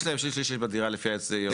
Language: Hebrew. יש להם שליש שליש שליש בדירה לפי הירושה,